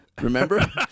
remember